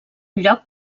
lloc